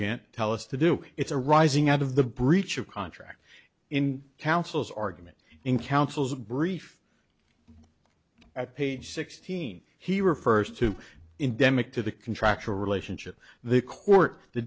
can't tell us to do it's a rising out of the breach of contract in councils argument in councils of brief at page sixteen he refers to in demick to the contractual relationship the court the